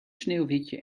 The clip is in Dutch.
sneeuwwitje